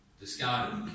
discarded